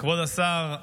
כבוד השר,